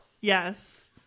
Yes